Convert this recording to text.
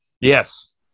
Yes